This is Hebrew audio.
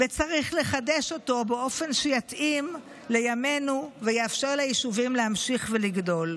וצריך לחדש אותו באופן שיתאים לימינו ויאפשר ליישובים להמשיך ולגדול.